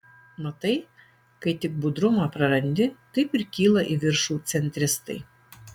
matai kai tik budrumą prarandi taip ir kyla į viršų centristai